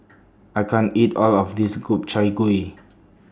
I can't eat All of This Gobchang Gui